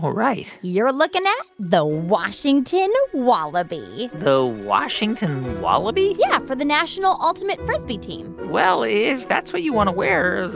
right you're looking at the washington wallaby the washington wallaby? yeah, for the national ultimate frisbee team well, if that's what you want to wear,